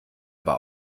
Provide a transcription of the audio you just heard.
aber